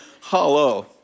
hello